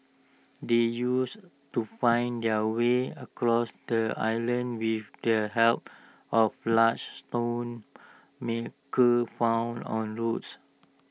they used to find their way across the island with their help of large stone maker found on roads